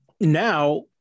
now